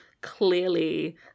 clearly